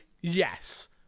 yes